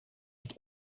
het